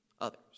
others